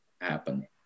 happen